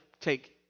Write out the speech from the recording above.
take